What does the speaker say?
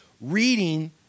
reading